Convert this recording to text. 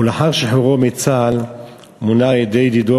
ולאחר שחרורו מצה"ל מונה על-ידי ידידו,